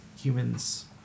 humans